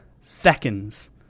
seconds